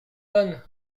bonne